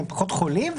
הם פחות חולים.